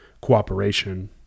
cooperation